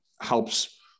helps